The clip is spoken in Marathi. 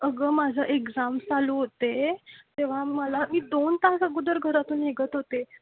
अगं माझं एक्झाम्स चालू होते तेव्हा मला मी दोन तास अगोदर घरातून निघत होते